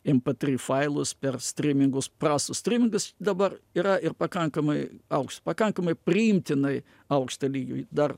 mp tri failus per strymingus prastas strymingas dabar yra ir pakankamai aukš pakankamai priimtinai aukštą lygiui dar